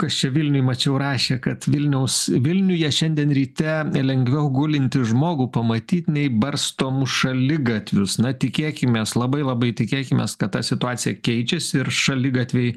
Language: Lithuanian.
kas čia vilniuj mačiau rašė kad vilniaus vilniuje šiandien ryte lengviau gulintį žmogų pamatyt nei barstomus šaligatvius na tikėkimės labai labai tikėkimės kad ta situacija keičiasi ir šaligatviai